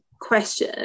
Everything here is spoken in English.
question